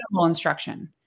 instruction